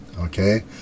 okay